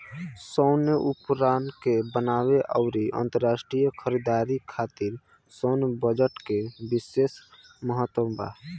सैन्य उपकरण के बनावे आउर अंतरराष्ट्रीय खरीदारी खातिर सैन्य बजट के बिशेस महत्व बा